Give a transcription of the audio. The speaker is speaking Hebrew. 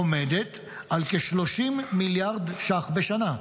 עומדת על כ-30 מיליארד ש"ח בשנה.